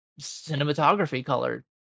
cinematography-colored